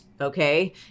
okay